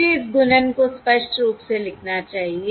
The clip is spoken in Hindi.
मुझे इस गुणन को स्पष्ट रूप से लिखना चाहिए